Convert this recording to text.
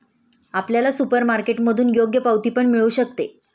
आपल्याला सुपरमार्केटमधून योग्य पावती पण मिळू शकते